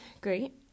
great